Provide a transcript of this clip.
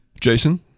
Jason